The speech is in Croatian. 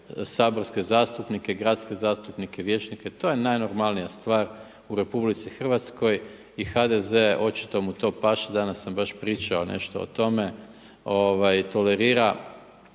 saborske zastupnike, gradske zastupnike, vijećnike to je najnormalnija stvar u Republici Hrvatskoj i HDZ-e očito mu to paše. Danas sam baš pričao nešto o tome tolerira.